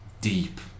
deep